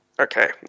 Okay